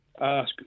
ask